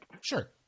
Sure